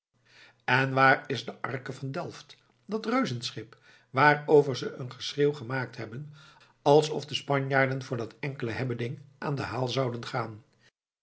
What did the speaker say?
en waar is de arke van delft dat reuzenschip waarover ze een geschreeuw gemaakt hebben alsof de spanjaarden voor dat enkele hebbeding aan den haal zouden gaan